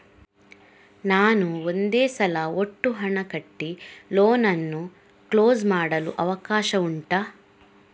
ನಾನು ಒಂದೇ ಸಲ ಒಟ್ಟು ಹಣ ಕಟ್ಟಿ ಲೋನ್ ಅನ್ನು ಕ್ಲೋಸ್ ಮಾಡಲು ಅವಕಾಶ ಉಂಟಾ